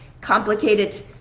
complicated